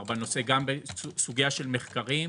גם בסוגיה של מחקרים,